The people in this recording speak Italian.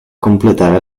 completare